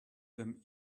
them